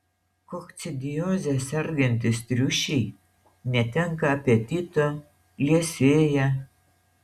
kokcidioze sergantys triušiai netenka apetito liesėja